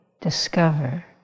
discover